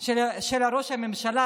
של ראש הממשלה,